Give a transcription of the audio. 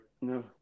No